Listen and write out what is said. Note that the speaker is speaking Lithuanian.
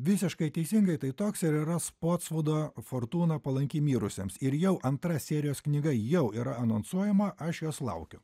visiškai teisingai tai toks ir yra spotsvudo fortūna palanki mirusiems ir jau antra serijos knyga jau yra anonsuojama aš jos laukiu